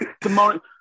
Tomorrow